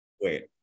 Wait